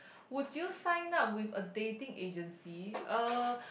would you sign up with a dating agency uh